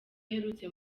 aherutse